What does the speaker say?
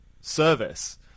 service